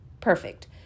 Perfect